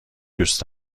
دوست